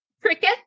Cricket